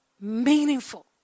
meaningful